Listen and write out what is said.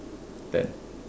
bet